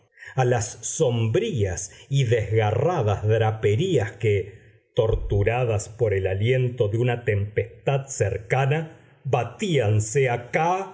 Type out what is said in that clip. a las sombrías y desgarradas draperías que torturadas por el aliento de una tempestad cercana batíanse acá